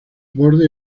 borde